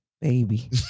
baby